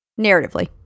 narratively